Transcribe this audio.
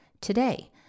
today